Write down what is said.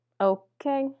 Okay